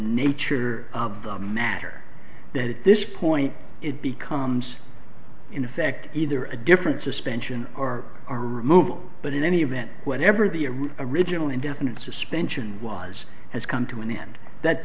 nature of the matter that at this point it becomes in effect either a different suspension or our removal but in any event whenever the original indefinite suspension was has come to an end that